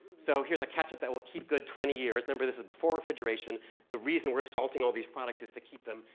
so here's a ketchup that will keep good twenty years. remember this is before refrigeration the reason we're salting all these products is to keep them,